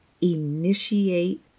initiate